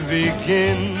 begin